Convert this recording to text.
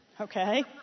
Okay